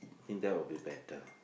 think there will be better